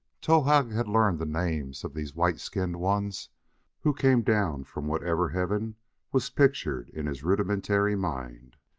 towahg had learned the names of these white-skinned ones who came down from whatever heaven was pictured in his rudimentary mind.